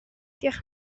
diolch